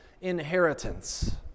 inheritance